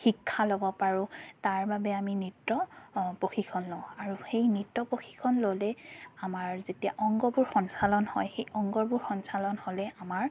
শিক্ষা ল'ব পাৰো তাৰবাবে আমি নৃত্য প্ৰশিক্ষণ লওঁ আৰু সেই নৃত্য প্ৰশিক্ষণ ল'লে আমাৰ যেতিয়া অংগবোৰ সঞ্চালন হয় সেই অংগবোৰ সঞ্চালন হ'লে আমাৰ